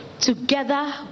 together